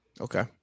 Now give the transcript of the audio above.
Okay